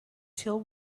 till